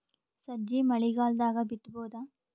ಸಜ್ಜಿ ಮಳಿಗಾಲ್ ದಾಗ್ ಬಿತಬೋದ?